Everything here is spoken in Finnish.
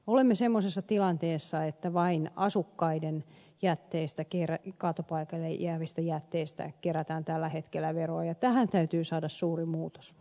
olemme semmoisessa tilanteessa että vain asukkaiden kaatopaikoille jäävistä jätteistä kerätään tällä hetkellä veroa ja tähän täytyy saada suuri muutos